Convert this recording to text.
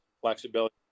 flexibility